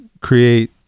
create